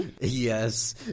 Yes